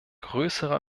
größere